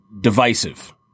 divisive